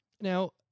Now